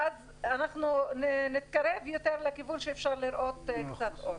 ואז אנחנו נתקרב יותר לכיוון שאפשר לראות קצת אור.